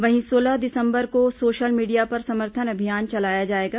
वहीं सोलह दिसंबर को सोशल मीडिया पर समर्थन अभियान चलाया जाएगा